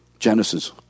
Genesis